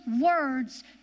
words